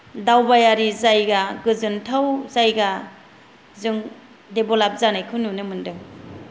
दावबायारि जायगा गोजोनथाव जायगा जों देभलप जानायखौ नुनो मोनदों